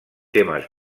temes